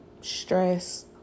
stress